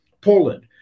Poland